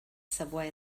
subway